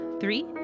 Three